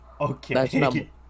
Okay